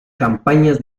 campañas